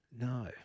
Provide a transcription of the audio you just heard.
No